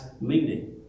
meaning